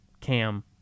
Cam